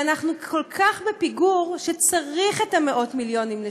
ואנחנו כל כך בפיגור שצריך את המאות מיליונים לשם,